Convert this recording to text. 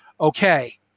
okay